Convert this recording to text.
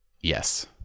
Yes